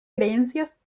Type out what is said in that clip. creencias